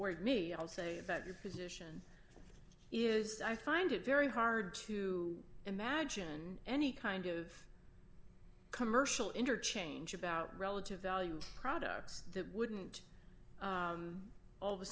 h me i'll say that your position is i find it very hard to imagine any kind of commercial interchange about relative value products that wouldn't all of a